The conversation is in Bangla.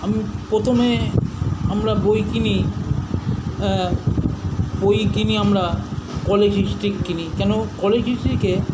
আমি প্রথমে আমরা বই কিনি হ্যাঁ বই কিনি আমরা কলেজ স্ট্রিট কিনি কেন কলেজ স্ট্রিটে